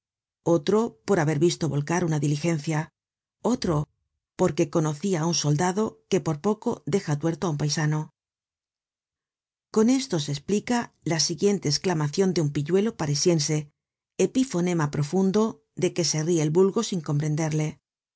otro por haber visto volcar una diligencia otro porque conocia á un soldado que por poco deja tuerto á un paisano con esto se esplica la siguiente esclamacion de un pilludo parisiense epifonema profundo de que se rie el vulgo sin comprenderle